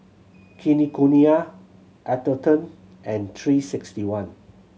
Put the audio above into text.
Kinokuniya Atherton and three sixty one